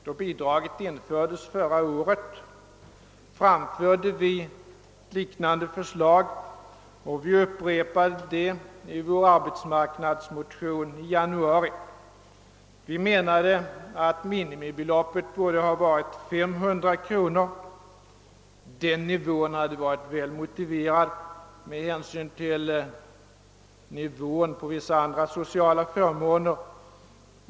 Då bidraget infördes förra året, framförde vi liknande förslag, och vi upprepade dem i vår arbetsmarknadsmotion i januari. Vi menade att minimibeloppet borde ha varit 500 kronor. Den nivån hade varit väl motiverad med hänsyn till nivån på vissa andra sociala förmåner.